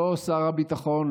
לא שר הביטחון,